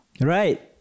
Right